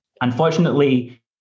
Unfortunately